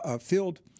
field